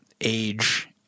age